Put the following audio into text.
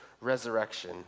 resurrection